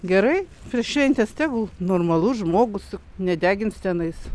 gerai per šventes tegul normalus žmogus nedegins tenais